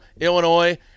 Illinois